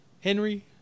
Henry